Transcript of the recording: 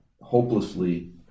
hopelessly